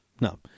No